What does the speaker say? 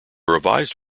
revised